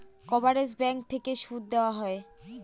coverage bank থেকে সুদ দেওয়া হয়